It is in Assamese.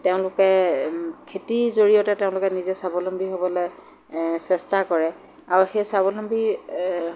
তেওঁলোকে খেতিৰ জৰিয়তে তেওঁলোকে নিজে স্বাৱলম্বী হ'বলৈ চেষ্টা কৰে আৰু সেই স্বাৱলম্বী